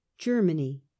germany